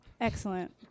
Excellent